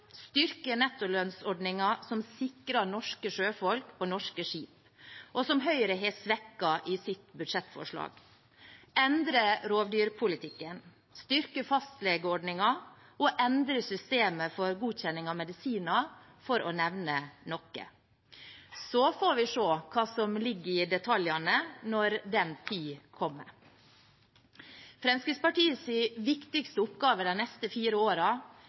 styrke nettolønnsordningen, som sikrer norske sjøfolk på norske skip, og som Høyre har svekket i sitt budsjettforslag, endre rovdyrpolitikken, styrke fastlegeordningen og endre systemet for godkjenning av medisiner, for å nevne noe. Så får vi se hva som ligger i detaljene, når den tid kommer. Fremskrittspartiets viktigste oppgave de neste fire